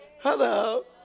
Hello